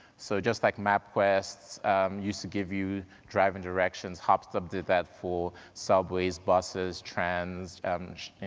so just like mapquest used to give you driving directions, hopstop did that for subways, buses, trains, and